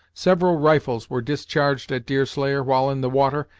several rifles were discharged at deerslayer while in the water,